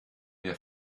der